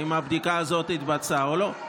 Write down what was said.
האם הבדיקה הזאת התבצעה או לא?